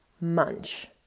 munch